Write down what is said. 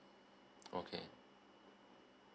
okay